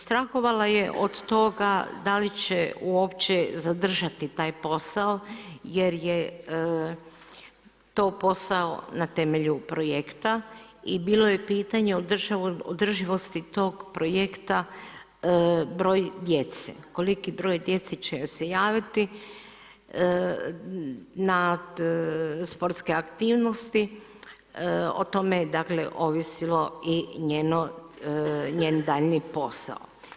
Strahovala je od toga da li će uopće zadržati taj posao jer je to posao na temelju projekta i bilo je pitanje održivosti tog projekta, broj djece, koliki broj djece će se javiti na sportske aktivnosti, o tome je ovisio i njen daljnji posao.